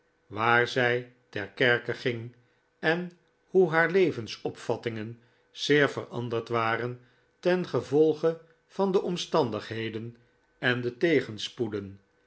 waar zij ter kerke ging en hoe haar levensopvattingen zeer veranderd waren tengevolge van de omstandigheden en de tegenspoeden